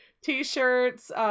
T-shirts